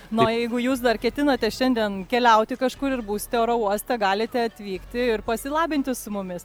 na o jeigu jūs dar ketinate šiandien keliauti kažkur ir būsite oro uoste galite atvykti ir pasilabinti su mumis